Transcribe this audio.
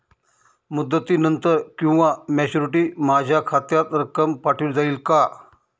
मुदतीनंतर किंवा मॅच्युरिटी माझ्या खात्यात रक्कम पाठवली जाईल का?